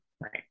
Right